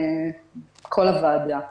כל חברי הוועדה.